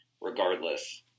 regardless